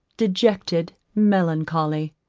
dejected melancholy.